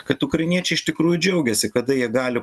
kad ukrainiečiai iš tikrųjų džiaugiasi kada jie gali